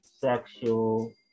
sexual